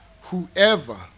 whoever